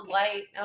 light